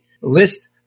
list